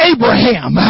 Abraham